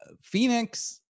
Phoenix –